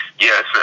yes